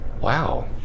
Wow